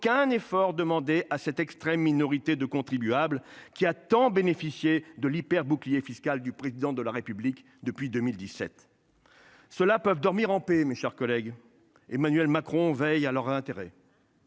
aucun effort demandé à cet extrême minorité de contribuables qui a tant bénéficié de l'hyper bouclier fiscal du président de la République depuis 2017. Ceux-là peuvent dormir en paix. Mes chers collègues. Emmanuel Macron veillent à leur intérêt.